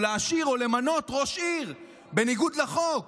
להשאיר או למנות ראש עיר בניגוד לחוק.